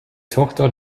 tochter